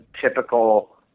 typical